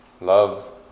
Love